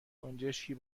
گنجشکی